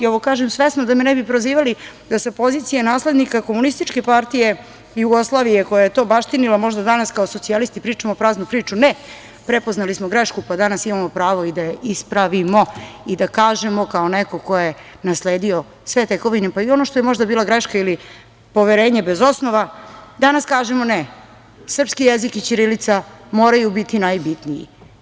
Ovo kažem svesno da me ne bi prozivali da sa pozicije naslednika komunističke partije Jugoslavije koja je to baštinila, možda danas kao socijalisti pričamo praznu priču, ne, prepoznali smo grešku pa danas imamo pravo i da je ispravimo i da kažemo kao neko ko je nasledio sve tekovine, pa i ono što je možda bila greška ili poverenje bez osnova, danas kažemo – ne, srpski jezik i ćirilica moraju biti najbitniji.